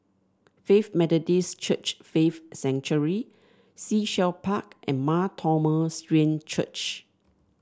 Faith Methodist Church Faith Sanctuary Sea Shell Park and Mar Thoma Syrian Church